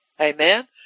Amen